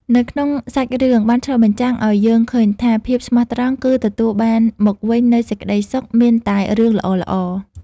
នៅក្នុងសាច់រឿង បានឆ្លុះបញ្ចាំងឲ្យយើងឃើញថា ភាពស្មោះត្រង់គឹ ទទួលបានមកវិញនូវសេចក្ដីសុខ មានតែរឿងល្អៗ។